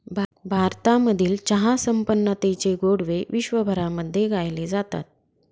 भारतामधील चहा संपन्नतेचे गोडवे विश्वभरामध्ये गायले जातात